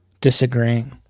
disagreeing